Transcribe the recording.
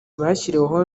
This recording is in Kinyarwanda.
bashyiriweho